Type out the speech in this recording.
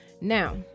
Now